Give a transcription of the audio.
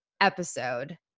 episode